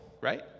right